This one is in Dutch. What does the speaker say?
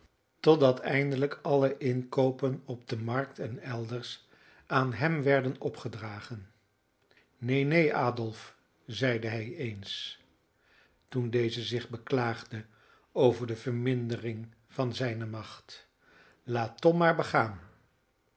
totdat eindelijk alle inkoopen op de markt en elders aan hem werden opgedragen neen neen adolf zeide hij eens toen deze zich beklaagde over de vermindering van zijne macht laat tom maar begaan